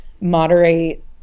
moderate